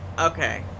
okay